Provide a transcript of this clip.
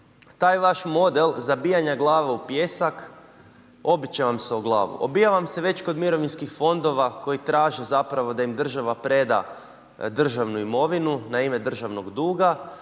taj vaš model zabijanja glava u pijesak obiti će vam se u glavu, obija vam se već kod mirovinskih fondova koji traže zapravo da im država preda državnu imovinu, na ime državnog duga,